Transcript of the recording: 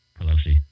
Pelosi